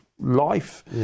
life